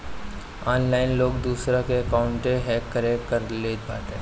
online लोग दूसरा के अकाउंटवे हैक कर लेत बाटे